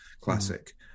classic